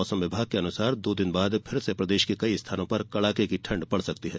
मौसम विभाग के अनुसार दो दिन बाद फिर से प्रदेश के कई स्थानों पर कडाके की ठंड पड़ सकती है